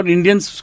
Indians